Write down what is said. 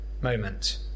moment